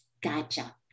Gotcha